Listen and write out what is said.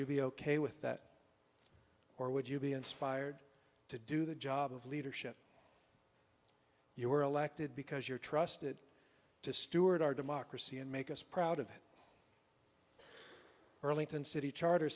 you be ok with that or would you be inspired to do the job of leadership you were elected because you're trusted to steward our democracy and make us proud of early ten city charter